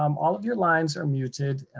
um all of your lines are muted,